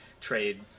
trade